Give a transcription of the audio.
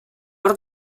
hor